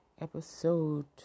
episode